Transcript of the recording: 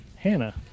Hannah